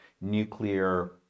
nuclear